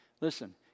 listen